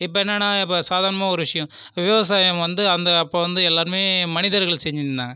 இப்போ என்னனால் இப்போ சாதாரணமா ஒரு விஷயம் விவசாயம் வந்து அந்த அப்போ வந்து எல்லாமே மனிதர்கள் செஞ்சுனு இருந்தாங்க